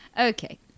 Okay